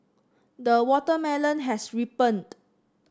the watermelon has ripened